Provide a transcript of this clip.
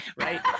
Right